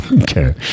Okay